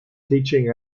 teaching